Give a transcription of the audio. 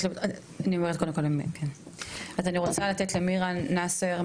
אני רוצה לתת את רשות הדיבור למירא נאסר,